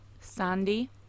sandy